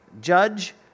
judge